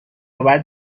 باید